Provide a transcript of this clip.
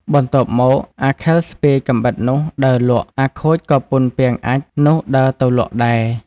បន្ទាប់មកអាខិលស្ពាយកាំបិតនោះដើរលក់ អាខូចក៏ពុនពាងអាចម៏ នោះដើរទៅលក់ដែរ។